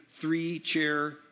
three-chair